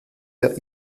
der